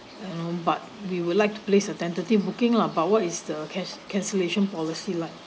you know but we would like to place a tentative booking lah but what is the can~ cancellation policy like